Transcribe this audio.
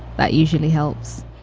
that usually helps.